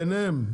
ביניהן,